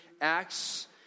Acts